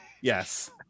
Yes